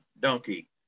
donkey